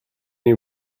you